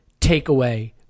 takeaway